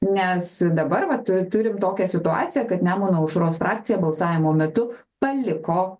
nes dabar vat turim tokią situaciją kad nemuno aušros frakcija balsavimo metu paliko